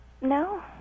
No